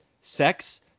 sex